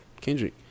Kendrick